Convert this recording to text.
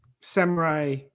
Samurai